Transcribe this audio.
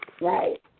Right